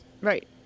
Right